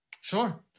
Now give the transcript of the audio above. Sure